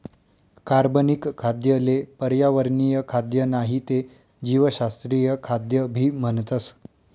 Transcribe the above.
कार्बनिक खाद्य ले पर्यावरणीय खाद्य नाही ते जीवशास्त्रीय खाद्य भी म्हणतस